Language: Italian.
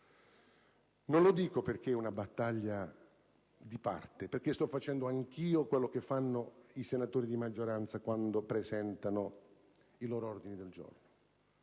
Non lo dico perché è una battaglia di parte o perché sto facendo anch'io quello che fanno i senatori di maggioranza quando presentano i loro ordini del giorno;